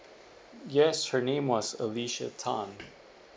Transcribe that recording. yes her name was alicia tan